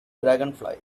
dragonfly